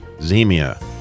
Zemia